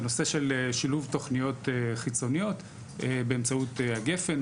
בנושא של שילוב תוכניות חיצוניות באמצעות גפ"ן,